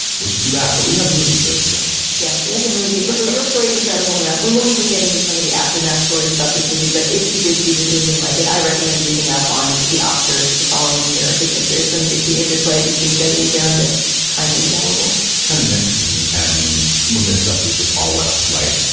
which is too bad. but we have a movie, so who cares? yeah, we have the movie and the real story is incredible enough. we won't even get into some of the aftermath stories about this movie. but if you did see this movie and like it, i recommend reading up on the oscars the following year because there's some bitchy interplay between betty and joan that's kind of indelible, kind of miss when the academy when this stuff was just all less polite,